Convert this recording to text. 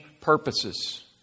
purposes